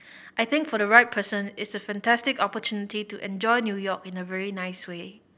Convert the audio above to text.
I think for the right person it's a fantastic opportunity to enjoy New York in a really nice way